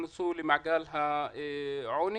נכנסו למעגל העוני.